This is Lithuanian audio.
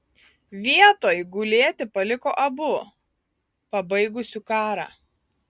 vietoj gulėti paliko abu pabaigusiu karą